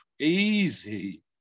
easy